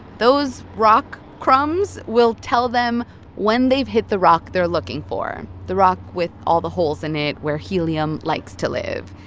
those rock crumbs will tell them when they've hit the rock they're looking for, the rock with all the holes in it where helium likes to live.